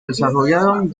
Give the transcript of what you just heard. desarrollaron